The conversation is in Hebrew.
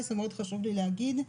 מאוד חשוב לי להגיד,